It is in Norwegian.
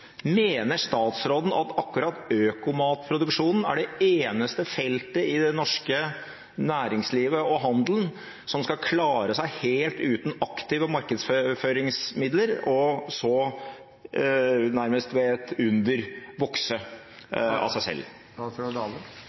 Mener statsråden at akkurat økomat-produksjonen er det eneste feltet i det norske næringslivet og handelen som skal klare seg helt uten aktive markedsføringsmidler, og så – nærmest ved et under – vokse av seg selv?